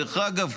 דרך אגב,